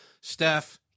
Steph